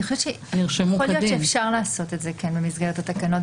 אני חושבת שכן אפשר לעשות את זה במסגרת התקנות,